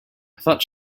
thought